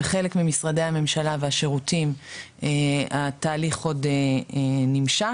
בחלק ממשרדי הממשלה והשירותים התהליך עוד נמשך